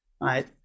right